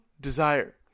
desire